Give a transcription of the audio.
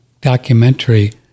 documentary